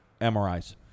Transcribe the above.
MRIs